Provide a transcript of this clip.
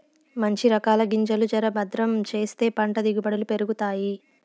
మంచి రకాల గింజలు జర భద్రం చేస్తే పంట దిగుబడులు పెరుగుతాయి